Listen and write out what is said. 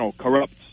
corrupt